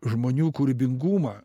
žmonių kūrybingumą